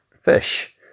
fish